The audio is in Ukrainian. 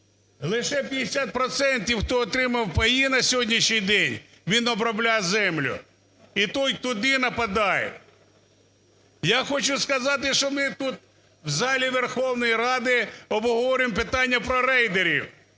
процентів, хто отримав паї на сьогоднішній день, він обробляє землю, і той туди нападає. Я хочу сказати, що ми тут в залі Верховної Ради обговорюємо питання про рейдерів.